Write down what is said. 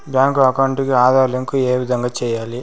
Bank account కి Aadhaar link ఏ విధంగా సెయ్యాలి?